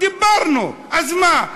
דיברנו, אז מה?